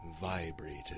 vibrated